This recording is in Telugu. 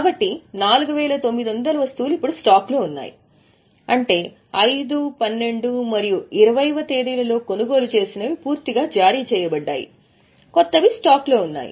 కాబట్టి 4900 ఇప్పుడు స్టాక్లో ఉన్నాయి అంటే 5 12 మరియు 20 తేదీలలో కొనుగోలు చేసినవి పూర్తిగా జారీ చేయబడ్డాయి క్రొత్తవి స్టాక్లో ఉంటాయి